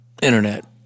internet